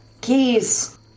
keys